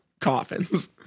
coffins